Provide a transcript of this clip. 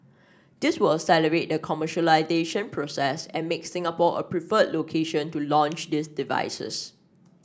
this will accelerate the commercialisation process and make Singapore a preferred location to launch these devices